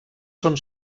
són